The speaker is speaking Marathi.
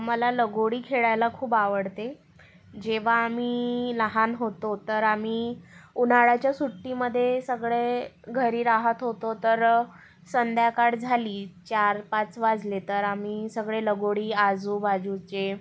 मला लगोरी खेळायला खूप आवडते जेव्हा आम्ही लहान होतो तर आम्ही उन्हाळ्याच्या सुट्टीमध्ये सगळे घरी रहात होतो तर संध्याकाळ झाली चार पाच वाजले तर आम्ही सगळे लगोरी आजूबाजूचे